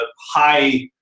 high